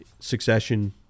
succession